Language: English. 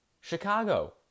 Chicago